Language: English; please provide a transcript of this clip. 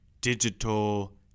digital